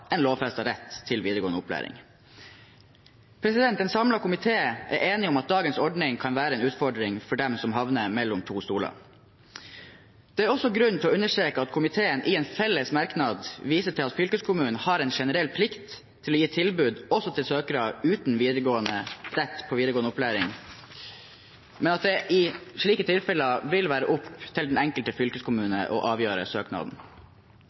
en lovfestet rett til videregående opplæring. En samlet komité er enig om at dagens ordning kan være en utfordring for dem som havner mellom to stoler. Det er også grunn til å understreke at komiteen i en felles merknad viser til at fylkeskommunen har en generell plikt til å gi tilbud også til søkere uten rett til videregående opplæring, men at det i slike tilfeller vil være opp til den enkelte fylkeskommune å avgjøre søknaden.